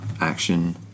action